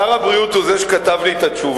שר הבריאות הוא זה שכתב לי את התשובה.